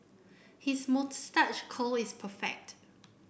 his moustache curl is perfect